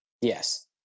Yes